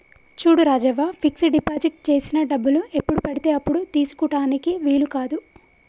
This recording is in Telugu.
చూడు రాజవ్వ ఫిక్స్ డిపాజిట్ చేసిన డబ్బులు ఎప్పుడు పడితే అప్పుడు తీసుకుటానికి వీలు కాదు